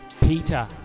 Peter